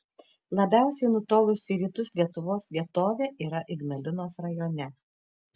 labiausiai nutolusi į rytus lietuvos vietovė yra ignalinos rajone